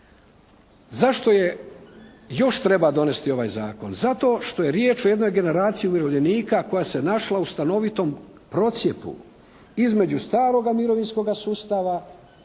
Zašto je i još treba donesti ovaj zakon? Zato što je riječ o jednoj generaciji umirovljenika koja se našla u stanovitom procjepu između staroga mirovinskoga sustava